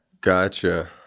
Gotcha